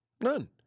None